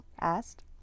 asked